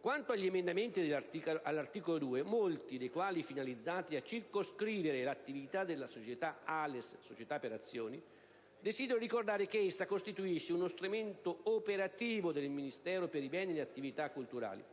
Quanto agli emendamenti all'articolo 2, molti dei quali finalizzati a circoscrivere l'attività della società ALES spa, desidero ricordare che essa costituisce uno strumento operativo del Ministero per i beni e le attività culturali,